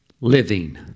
living